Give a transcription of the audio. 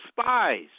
Spies